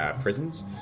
prisons